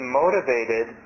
motivated